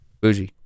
Bougie